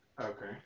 Okay